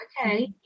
Okay